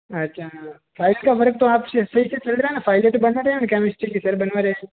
अच्छा फाइल का वर्क तो आप सही से चल रहा है ना फाइलें तो बनवा रहे हैं ना केमिस्ट्री के सर बनवा रहे हैं